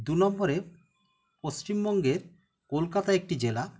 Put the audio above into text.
দু নম্বরে পশ্চিমবঙ্গের কলকাতা একটি জেলা